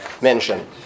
mention